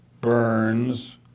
Burns